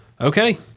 Okay